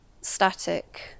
static